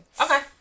Okay